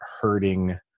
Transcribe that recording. hurting